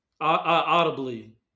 Audibly